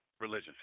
religion